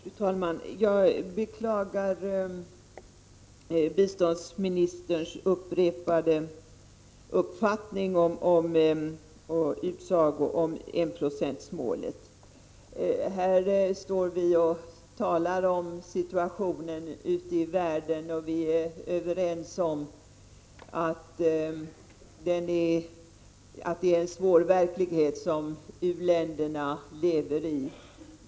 Fru talman! Jag beklagar biståndsministerns upprepade utsaga om enprocentsmålet. Här står vi och talar om situationen ute i världen, och vi är överens om att det är en svår verklighet som u-länderna lever i.